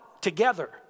together